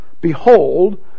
Behold